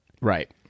right